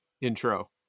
intro